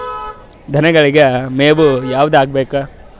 ದನಗಳಿಗೆ ಮೇವು ಯಾವುದು ಹಾಕ್ಬೇಕು?